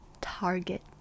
target